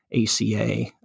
ACA